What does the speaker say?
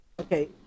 okay